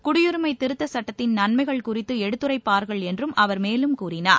குடியுரிமை திருத்த சட்டத்தின் நன்மைகள் குறித்து எடுத்துரைப்பார்கள் என்றும் அவர் மேலும் கூறினார்